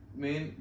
main